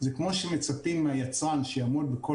זה כמו שמצפים מהיצרן שיעמוד בכל